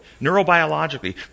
neurobiologically